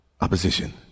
opposition